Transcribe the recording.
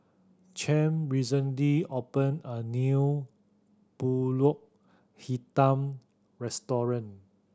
Champ recently opened a new Pulut Hitam restaurant